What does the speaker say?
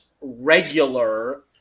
regular